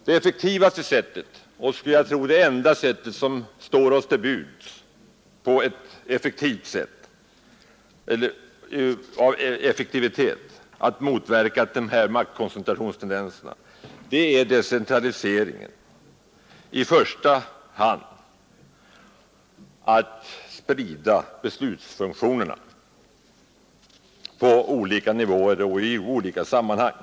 Det effektivaste sättet och, skulle jag tro, det enda sätt som står oss till buds att effektivt motverka maktkoncentrationstendenserna är decentralisering, i första hand en spridning av beslutsfunktionerna till olika nivåer och olika sammanhang.